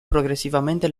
progressivamente